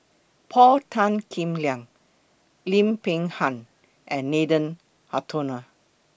Paul Tan Kim Liang Lim Peng Han and Nathan Hartono